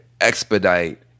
expedite